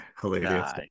Hilarious